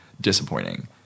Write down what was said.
disappointing